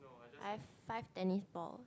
I have five tennis ball